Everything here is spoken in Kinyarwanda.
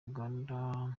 uganda